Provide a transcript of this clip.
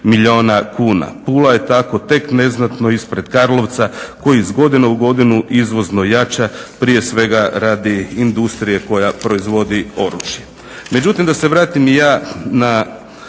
Pula je tako tek neznatno ispred Karlovca koji iz godine u godinu izvozno jača, prije svega radi industrije koja proizvodi oružje.